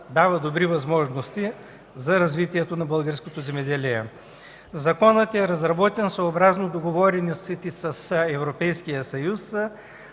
дава добри възможности за развитието на българското земеделие. Законът е разработен съобразно договореностите с Европейския съюз.